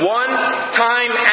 one-time